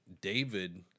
David